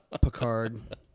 Picard